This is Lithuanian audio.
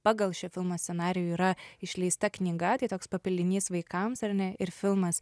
pagal šio filmo scenarijų yra išleista knyga tai toks papildinys vaikams ar ne ir filmas